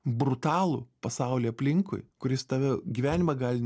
brutalų pasaulį aplinkui kuris tavo gyvenimą gali